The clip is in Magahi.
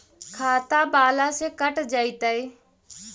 खाता बाला से कट जयतैय?